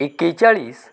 एकेचाळीस